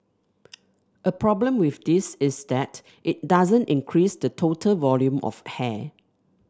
a problem with this is that it doesn't increase the total volume of hair